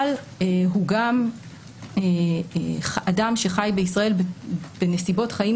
אבל הוא גם אדם שחי בישראל בנסיבות חיים,